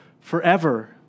forever